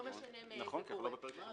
לא משנה מאיזה גורם.